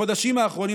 בחודשים האחרונים,